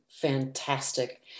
fantastic